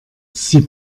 sie